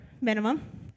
minimum